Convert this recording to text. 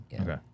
Okay